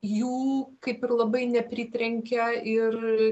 jų kaip ir labai nepritrenkė ir